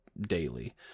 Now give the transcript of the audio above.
daily